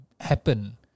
happen